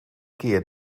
keer